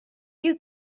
you